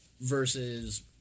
Versus